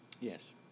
Yes